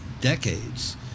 decades